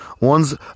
one's